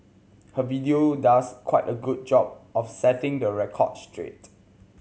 her video does quite a good job of setting the record straight